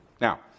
Now